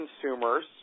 consumers